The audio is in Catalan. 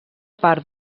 part